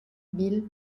bilh